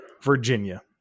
Virginia